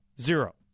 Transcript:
Zero